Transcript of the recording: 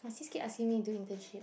my sis keep asking me do internship